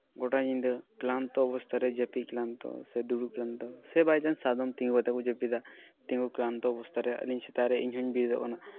ᱜᱚᱴᱟ ᱧᱤᱫᱟᱹ ᱠᱞᱟᱱᱛᱚ ᱚᱵᱚᱥᱛᱟ ᱨᱮ ᱡᱟᱹᱯᱤᱫ ᱠᱞᱟᱱᱛᱚ ᱥᱮ ᱫᱩᱲᱩᱵ ᱠᱞᱟᱱᱛᱚ ᱥᱮ ᱵᱟᱭᱪᱟᱱᱥ ᱥᱟᱫᱚᱢ ᱛᱤᱸᱜᱩ ᱠᱟᱛᱮᱫ ᱠᱚ ᱡᱟᱹᱯᱤᱫᱟ ᱛᱤᱸᱜᱩ ᱠᱞᱟᱱᱛᱚ ᱚᱵᱚᱥᱛᱟ ᱨᱮ ᱟᱹᱰᱤ ᱥᱮᱛᱟᱜ ᱨᱮ ᱤᱧ ᱦᱩᱧ ᱵᱤᱨᱤᱫᱚᱜ ᱠᱟᱱᱟ